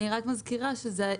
זה רק לתקופת הפיילוט,